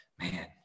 man